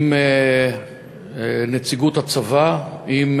עם נציגות הצבא ועם